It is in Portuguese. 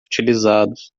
utilizados